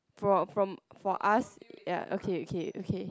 fro~ from for us ya okay okay okay